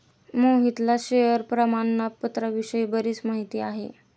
मोहितला शेअर प्रामाणपत्राविषयी बरीच माहिती आहे